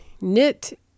knit